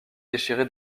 déchiré